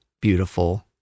beautiful